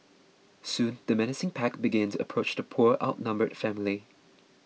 soon the menacing pack began to approach the poor outnumbered family